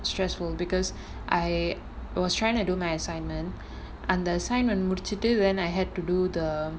stressful because I was trying to do my assignment அந்த:antha assignment முடிச்சிட்டு:mudichitu I had to do the